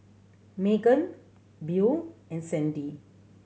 Meagan Buel and Sandie